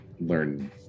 learn